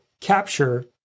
capture